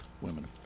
women